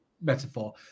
metaphor